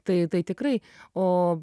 tai tai tikrai o